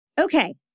Okay